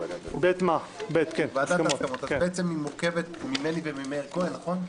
ועדת ההסכמות מורכבת ממני וממאיר כהן, נכון?